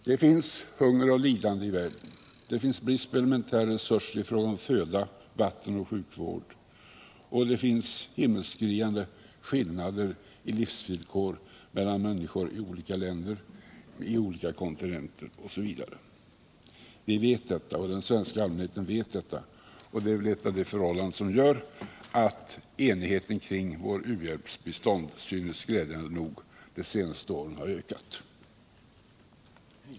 Det finns hunger och lidande i världen, brist på elementära resurser i fråga om föda, vatten och sjukvård, och det finns himmelskriande skillnader i livsvillkor mellan människor i olika länder och på olika kontinenter. Vi liksom den svenska allmänheten vet detta, och det är väl ett av de förhållanden som gör att enigheten kring vår u-hjälp glädjande nog synes ha ökat under de senaste åren.